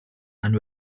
and